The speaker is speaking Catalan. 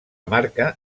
marca